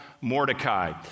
Mordecai